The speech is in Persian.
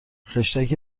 خشتک